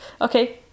okay